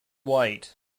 white